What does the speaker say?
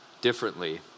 differently